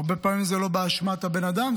הרבה פעמים זה לא באשמת הבן אדם,